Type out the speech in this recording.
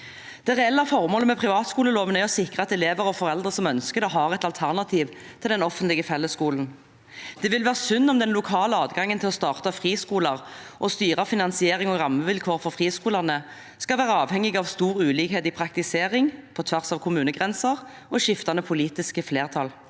Det reelle formålet med privatskoleloven er å sikre at elever og foreldre som ønsker det, har et alternativ til den offentlige fellesskolen. Det vil være synd om den lokale adgangen til å starte friskoler og styre finansiering og rammevilkår for friskolene skal være avhengig av stor ulikhet i praktisering på tvers av kommunegrenser og skiftende politisk flertall.